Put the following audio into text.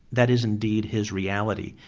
that is indeed his reality,